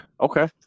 okay